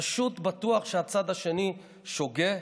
פשוט בטוח, שהצד השני שוגה,